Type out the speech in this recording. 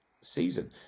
season